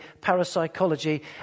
parapsychology